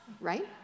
right